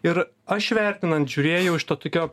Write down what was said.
ir aš vertinant žiūrėjau iš to tokio